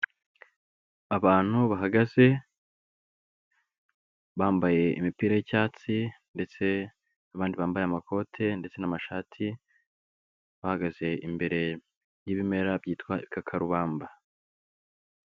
Abantu bahagaze, bambaye imipira y'icyatsi ndetse n'abandi bambaye amakote ndetse n'amashati, bahagaze imbere y'ibimera byitwa ibikakarubamba.